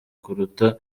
kuruta